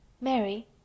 Mary